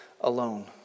alone